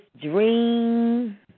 dream